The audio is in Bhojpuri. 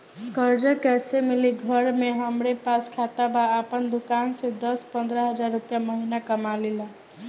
कर्जा कैसे मिली घर में हमरे पास खाता बा आपन दुकानसे दस पंद्रह हज़ार रुपया महीना कमा लीला?